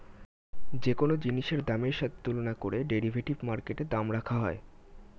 যে কোন জিনিসের দামের সাথে তুলনা করে ডেরিভেটিভ মার্কেটে দাম রাখা হয়